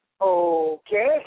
Okay